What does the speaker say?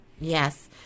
Yes